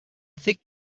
thick